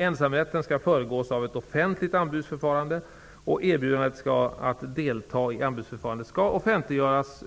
Ensamrätten skall föregås av ett offentligt anbudsförfarande, och erbjudandet att delta i anbudsförfarandet skall offentliggöras